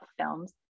films